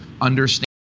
understand